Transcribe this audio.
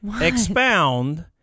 Expound